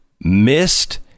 missed